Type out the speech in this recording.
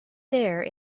there